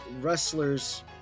wrestlers